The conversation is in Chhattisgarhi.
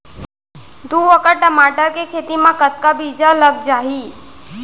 दू एकड़ टमाटर के खेती मा कतका बीजा लग जाही?